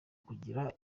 kugira